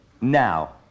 Now